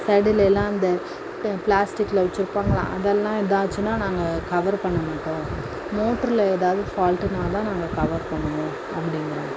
சைடெலேலாம் அந்த பிளாஸ்ட்டிக்கில் வைச்சுருப்பாங்கல்ல அதெல்லாம் இதாச்சுனால் நாங்கள் கவர் பண்ண மாட்டோம் மோட்டரில் ஏதாவது ஃபால்ட்டுனால் தான் நாங்கள் கவர் பண்ணுவோம் அப்படிங்கிறாங்க